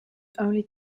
only